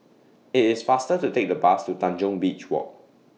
IT IS faster to Take The Bus to Tanjong Beach Walk